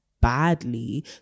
badly